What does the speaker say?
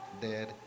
dad